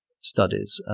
studies